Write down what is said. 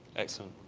excellent.